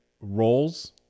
roles